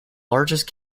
largest